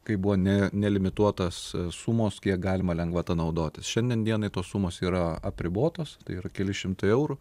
kai buvo ne nelimituotas sumos kiek galima lengvata naudotis šiandien dienai tos sumos yra apribotos tai yra keli šimtai eurų